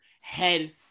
head